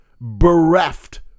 bereft